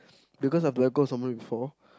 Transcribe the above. because my blood goes somewhere before